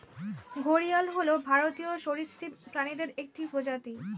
ঘড়িয়াল হল ভারতীয় সরীসৃপ প্রাণীদের একটি প্রজাতি